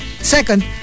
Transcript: Second